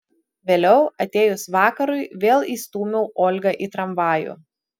vėliau atėjus vakarui vėl įstūmiau olgą į tramvajų